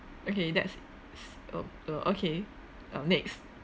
okay that's it s~ um uh okay um next